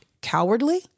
cowardly